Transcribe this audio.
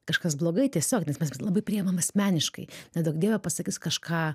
kažkas blogai tiesiog nes mes labai priimam asmeniškai neduok dieve pasakys kažką